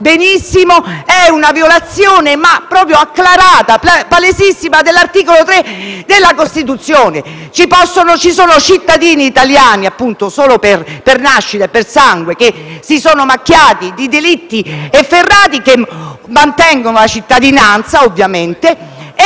Presidente, è una violazione acclarata e palese dell'articolo 3 della Costituzione. Ci sono cittadini italiani, che lo sono per nascita, per sangue, che si sono macchiati di delitti efferati e mantengono la cittadinanza, ovviamente, e